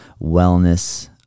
wellness